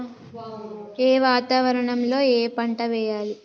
ఏ వాతావరణం లో ఏ పంట వెయ్యాలి?